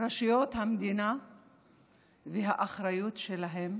רשויות המדינה והאחריות שלהן